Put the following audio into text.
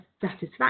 satisfaction